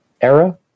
era